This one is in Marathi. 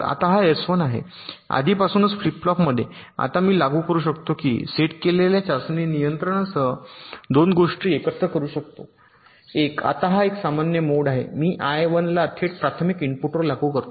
आता हा एस 1 आहे आधीपासूनच फ्लिप फ्लॉपमध्ये आता मी लागू करू शकतो मी सेट केलेल्या चाचणी नियंत्रणासह 2 गोष्टी एकत्र करू शकतो 1 आता हा एक सामान्य मोड आहे मी या आय 1ला थेट प्राथमिक इनपुटवर लागू करतो